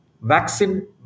vaccine